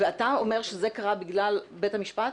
ואתה אומר שזה קרה בגלל בית המשפט?